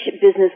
business